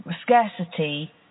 scarcity